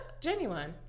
Genuine